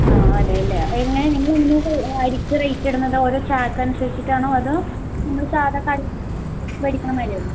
ആ അതെയല്ലേ എങ്ങനെയാണ് നിങ്ങള് അരിക്ക് റേറ്റിടുന്നത് ഓരോ ചാക്ക് അനുസരിച്ചിട്ടാണോ അതോ നമ്മള് സാധാരണ കടയില് നിന്ന് മേടിക്കുന്നതു മാതിരിയാണോ